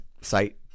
site